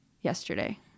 yesterday